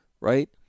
right